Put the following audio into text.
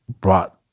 brought